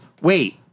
wait